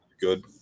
good